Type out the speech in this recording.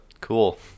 cool